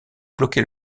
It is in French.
bloquer